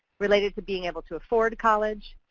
related to being able to afford college,